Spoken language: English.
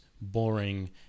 boring